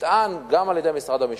נטען גם על-ידי משרד המשפטים,